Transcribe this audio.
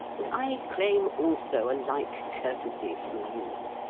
and i claim also a like courtesy from you.